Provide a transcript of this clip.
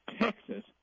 Texas